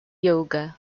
yoga